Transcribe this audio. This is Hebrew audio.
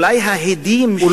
אולי ההדים של,